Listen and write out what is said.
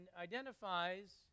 identifies